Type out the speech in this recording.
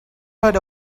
heard